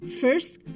First